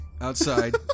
outside